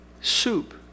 soup